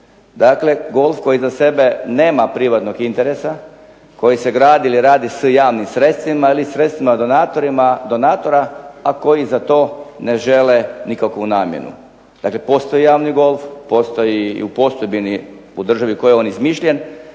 Dakle, golf koji iznad sebe nema privatnog interesa, koji se gradi ili radi s javnim sredstvima ili sredstvima donatora a koji za to ne žele nikakvu namjenu. Dakle, postoji javni golf, postoji i u postojbini u državi u kojoj je on izmišljen.